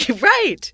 Right